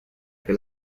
que